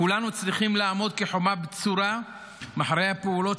כולנו צריכים לעמוד כחומה בצורה מאחורי הפעולות